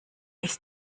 ist